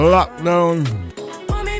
Lockdown